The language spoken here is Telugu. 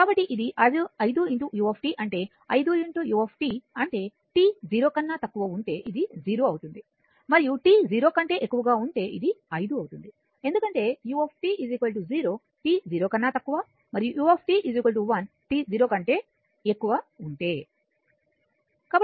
కాబట్టి ఇది 5 u అంటే 5 u అంటే t 0 కన్నా తక్కువ ఉంటే ఇది 0 అవుతుంది మరియు t 0 కంటే ఎక్కువగా ఉంటే ఇది 5 అవుతుంది ఎందుకంటే u 0 t 0 కన్నా తక్కువ మరియు t 0 కంటే ఎక్కువ ఉన్నప్పుడు u 1